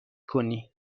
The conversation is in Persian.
کنی